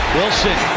Wilson